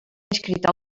inscrita